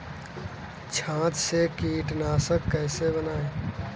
छाछ से कीटनाशक कैसे बनाएँ?